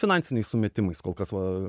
finansiniais sumetimais kolkas va